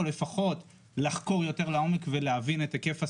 או לפחות לחקור יותר לעומק ולהבין את היקף הסיכון.